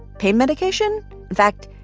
pain medication in fact,